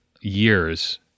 years